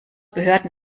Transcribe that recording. behörden